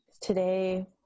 today